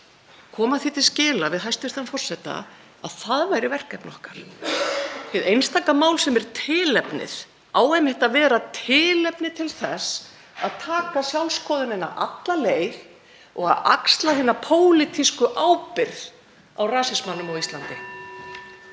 koma því til skila við hæstv. forseta að það væri verkefni okkar. Hið einstaka mál sem er tilefnið á einmitt að vera tilefni til þess að taka sjálfsskoðunina alla leið og axla hina pólitísku ábyrgð á rasismanum á Íslandi.